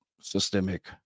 systemic